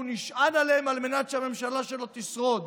והוא נשען עליהם על מנת שהממשלה שלהם תשרוד,